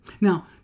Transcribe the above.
Now